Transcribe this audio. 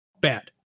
Bad